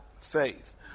faith